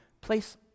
place